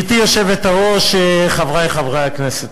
גברתי היושבת-ראש, חברי חברי הכנסת,